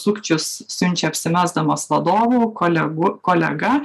sukčius siunčia apsimesdamas vadovu kolegu kolega